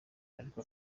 ariko